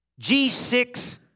G6